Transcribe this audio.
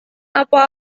apa